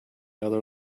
other